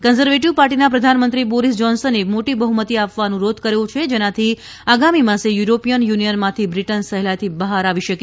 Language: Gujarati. કંઝરવેટીવ પાર્ટીના પ્રધાનમંત્રી બોરીસ જોન્સને મોટી બહ્મતિ આપવા અનુરોધ કર્યો છે જેનાથી આગામી માસે યુરોપીયન યુનિયનમાંથી બ્રિટન સહેલાઇથી બહાર આવી શકે